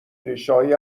ریشههای